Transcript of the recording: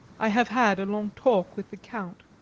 i have had a long talk with the count.